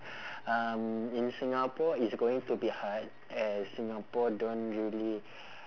um in singapore it's going to be hard as singapore don't really